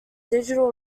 digital